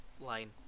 line